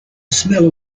smell